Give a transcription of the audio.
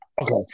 Okay